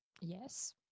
Yes